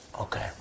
okay